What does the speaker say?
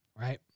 right